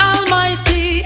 Almighty